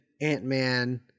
Ant-Man